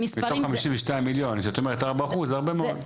מתוך 52 מיליון כשאת אומרת 4%, זה הרבה מאוד.